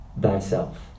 thyself